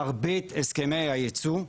מרבית הסכמי היצוא,